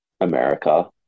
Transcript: America